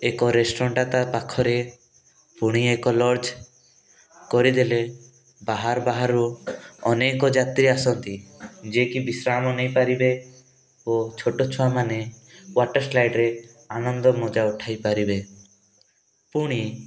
ଏକ ରେଷ୍ଟୁରାଣ୍ଟଟା ତା'ପାଖରେ ପୁଣି ଏକ ଲଜ୍ କରିଦେଲେ ବାହାର ବାହାରରୁ ଅନେକ ଯାତ୍ରୀ ଆସନ୍ତି ଯିଏ କି ବିଶ୍ରାମ ନେଇପାରିବେ ଓ ଛୋଟ ଛୁଆମାନେ ୱାଟର୍ ସ୍ଲାଇଡ଼୍ରେ ଆନନ୍ଦ ମଜା ଉଠାଇପାରିବେ ପୁଣି